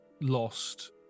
lost